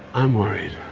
i'm worried.